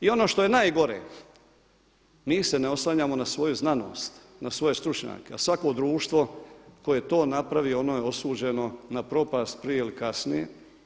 I ono što je najgore mi se ne oslanjamo na svoju znanost, na svoje stručnjake a svako društvo koje je to napravilo ono je osuđeno na propast, prije ili kasnije.